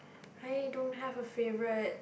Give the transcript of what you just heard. I don't have a favourite